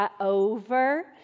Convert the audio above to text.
over